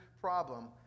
problem